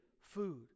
food